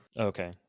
okay